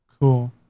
Cool